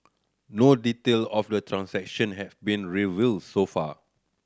no detail of the transaction have been revealed so far